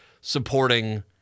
supporting